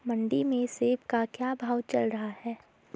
मंडी में सेब का क्या भाव चल रहा है?